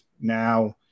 now